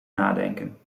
nadenken